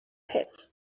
pits